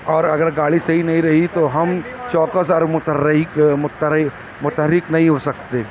اور اگر گاڑی صحیح نہیں رہی تو ہم چوکس اور متریئک متری متحرک نہیں ہو سکتے